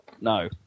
No